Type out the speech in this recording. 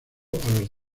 los